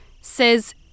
says